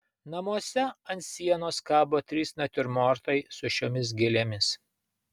namuose ant sienos kabo trys natiurmortai su šiomis gėlėmis